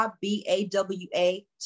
b-a-w-a